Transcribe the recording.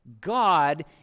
God